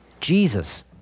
Jesus